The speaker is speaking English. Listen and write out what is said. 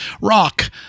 Rock